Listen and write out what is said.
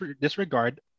disregard